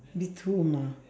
with whom ah